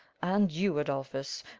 and you, adolphus,